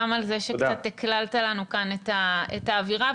גם על זה שקצת הקללת לנו את האווירה כאן.